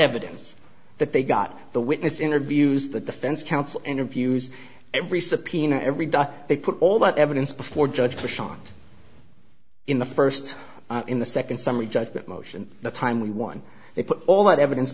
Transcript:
evidence that they got the witness interviews the defense counsel interviews every subpoena every day they put all that evidence before judge bush on in the first in the second summary judgment motion the time we won they put all that evidence